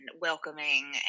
welcoming